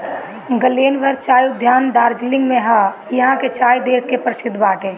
Glenburn चाय उद्यान दार्जलिंग में हअ इहा के चाय देश के परशिद्ध बाटे